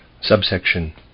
Subsection